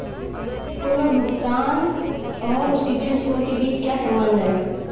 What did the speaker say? पुनर्भुगतान और CIBIL score के बीच क्या संबंध है?